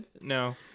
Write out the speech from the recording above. No